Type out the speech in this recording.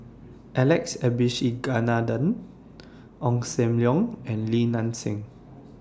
Alex Abisheganaden Ong SAM Leong and Li Nanxing